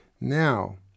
Now